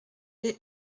les